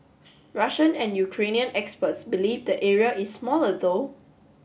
Russian and Ukrainian experts believe the area is smaller though